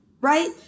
right